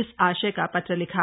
इस आशय का पत्र लिखा